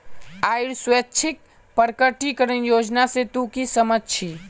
आइर स्वैच्छिक प्रकटीकरण योजना से तू की समझ छि